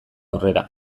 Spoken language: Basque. aurrera